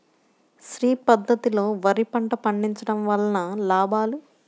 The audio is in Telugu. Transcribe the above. శ్రీ పద్ధతిలో వరి పంట పండించడం వలన లాభాలు?